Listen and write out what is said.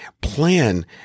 Plan